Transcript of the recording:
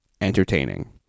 entertaining